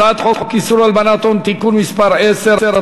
הצעת חוק איסור הלבנת הון (תיקון מס' 10),